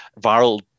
viral